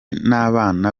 n’abana